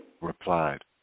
replied